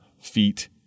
feet